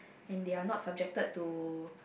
and they are not subjected to